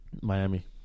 Miami